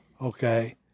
Okay